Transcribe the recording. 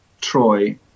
Troy